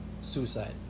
suicide